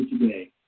today